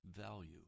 value